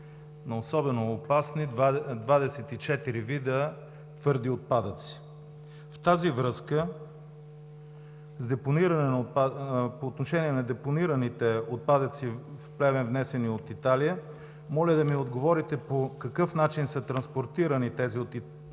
на особено опасни 24 вида твърди отпадъци. В тази връзка по отношение на депонираните отпадъци в Плевен, внесени от Италия, моля да ми отговорите по какъв начин са транспортирани тези отпадъци